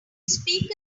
speak